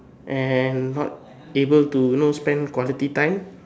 and not able to you know spend quality time